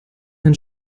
ein